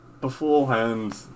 beforehand